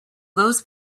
those